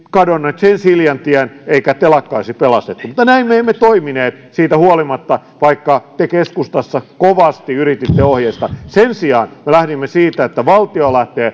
kadonneet sen siliän tien eikä telakkaa olisi pelastettu mutta näin me emme toimineet siitä huolimatta että te keskustassa kovasti yrititte ohjeistaa sen sijaan me lähdimme siitä että valtio lähtee